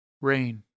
Rain